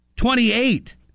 Twenty-eight